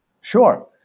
Sure